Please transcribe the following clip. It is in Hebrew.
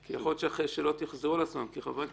כי יכול להיות שהשאלות יחזרו על עצמן כי חברי